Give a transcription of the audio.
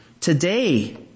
Today